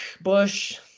bush